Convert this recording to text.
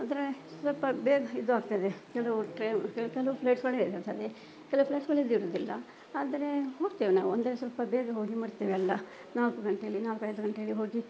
ಆದರೆ ಸ್ವಲ್ಪ ಬೇರ್ ಇದು ಆಗ್ತದೆ ಇದು ಟ್ರೈನ್ ಫ್ಲೈಟ್ನಲ್ಲೂ ಫ್ಲೈಟ್ಸ್ಗಳು ಇದು ಇರ್ತದೆ ಕೆಲವು ಫ್ಲೈಟ್ಸ್ಗಳು ಇದು ಇರೋದಿಲ್ಲ ಆದರೆ ಹೋಗ್ತೇವೆ ನಾವು ಅಂದರೆ ಸ್ವಲ್ಪ ಬೇಗ ಹೋಗಿ ಮುಟ್ತೇವೆ ಅಲ್ಲ ನಾಲ್ಕು ಗಂಟೇಲಿ ನಾಲ್ಕೈದು ಗಂಟೇಲಿ ಹೋಗಿ